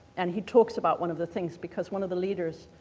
and he talks about one of the things because one of the leaders,